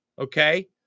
Okay